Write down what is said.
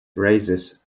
raises